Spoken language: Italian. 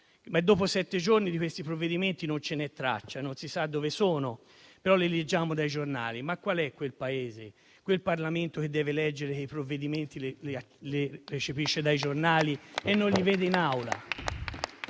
ma dopo sette giorni di questi provvedimenti non c'è traccia; non si sa dove sono, però li leggiamo sui giornali. Ma qual è quel Paese, quel Parlamento che deve leggere e recepire i provvedimenti dai giornali e non li vede in Aula?